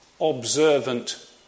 observant